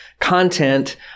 content